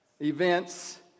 events